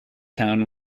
town